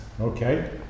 Okay